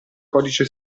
codice